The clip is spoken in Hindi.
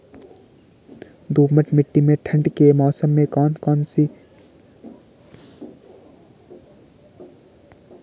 दोमट्ट मिट्टी में ठंड के मौसम में कौन सी फसल उगानी फायदेमंद है?